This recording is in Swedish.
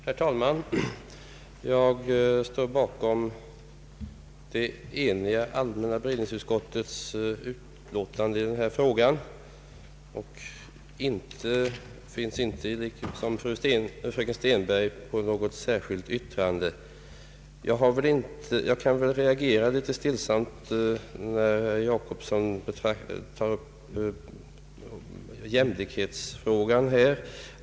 Herr talman! Jag står bakom allmänna beredningsutskottets eniga utlåtande i denna fråga, och jag har inte, såsom fröken Stenberg, skrivit något särskilt yttrande. Jag reagerar litet stillsamt mot att herr Gösta Jacobsson tagit upp jämlikhetsfrågan.